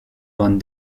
bande